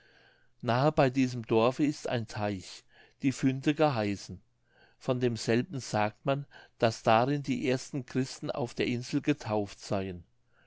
nahe bei diesem dorfe ist ein teich die fünte geheißen von demselben sagt man daß darin die ersten christen auf der insel getauft seien